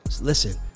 Listen